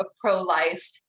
pro-life